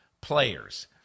players